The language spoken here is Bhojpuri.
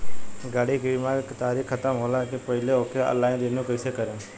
गाड़ी के बीमा के तारीक ख़तम होला के पहिले ओके ऑनलाइन रिन्यू कईसे करेम?